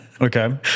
Okay